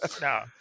no